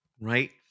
right